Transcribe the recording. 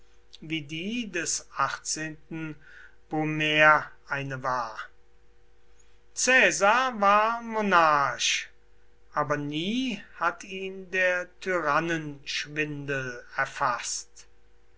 wie die des achtzehnten brumaire eine war caesar war monarch aber nie hat ihn der tyrannenschwindel erfaßt